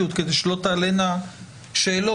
פה רק עניין של איך דברים צריכים להיות מוצגים.